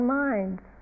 minds